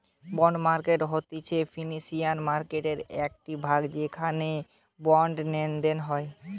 bond market হতিছে financial মার্কেটের একটিই ভাগ যেখান করে বন্ডের লেনদেন হতিছে